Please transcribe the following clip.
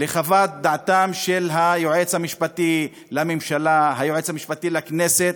לחוות דעתם של היועץ המשפטי לממשלה והיועץ המשפטי לכנסת,